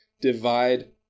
divide